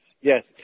Yes